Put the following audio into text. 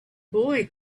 boy